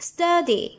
Study